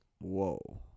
whoa